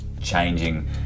changing